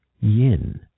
yin